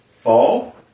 fall